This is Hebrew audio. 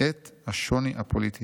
את השוני הפוליטי.